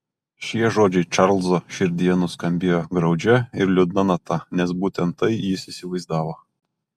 šie žodžiai čarlzo širdyje nuskambėjo graudžia ir liūdna nata nes būtent tai jis įsivaizdavo